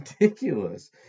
ridiculous